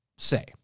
say